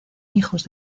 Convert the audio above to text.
hijos